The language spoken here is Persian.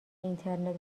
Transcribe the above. اینترنت